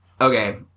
Okay